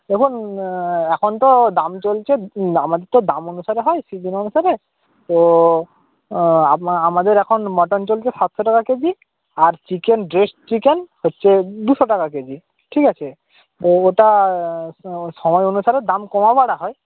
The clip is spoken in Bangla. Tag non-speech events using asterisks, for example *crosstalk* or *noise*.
দেখুন *unintelligible* এখন তো দাম চলছে আমাদের তো দাম অনুসারে হয় সিজন অনুসারে তো আমাদের এখন মটন চলছে সাতশো টাকা কেজি আর চিকেন ড্রেসড চিকেন হচ্ছে দুশো টাকা কেজি ঠিক আছে তো ওটা *unintelligible* সময় অনুসারে দাম কমা বাড়া হয়